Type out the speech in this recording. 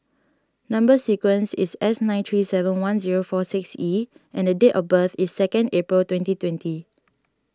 Number Sequence is S nine three seven one zero four six E and date of birth is second April twenty twenty